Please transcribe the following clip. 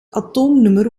atoomnummer